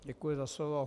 Děkuji za slovo.